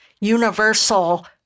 universal